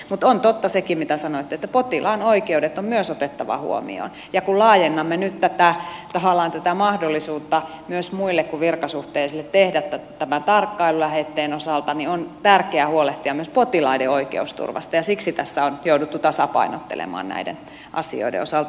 mutta on totta sekin mitä sanoitte että potilaan oikeudet on myös otettava huomioon ja kun laajennamme nyt tahallaan mahdollisuutta myös muille kuin virkasuhteisille tehdä tämä tarkkailulähete niin on tärkeää huolehtia myös potilaiden oikeusturvasta ja siksi tässä on jouduttu tasapainottelemaan näiden asioiden osalta